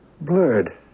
Blurred